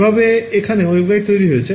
এভাবে এখানে waveguide তৈরি হয়েছে